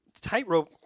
Tightrope